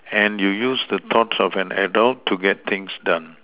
and you use the thoughts of an adult to get things done